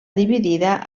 dividida